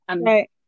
Right